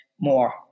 more